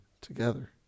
together